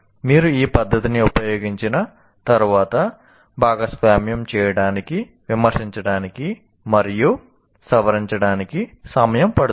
మీరు ఈ పద్ధతిని ఉపయోగించిన తర్వాత భాగస్వామ్యం చేయడానికి విమర్శించడానికి మరియు సవరించడానికి సమయం పడుతుంది